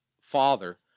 father